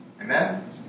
Amen